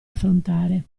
affrontare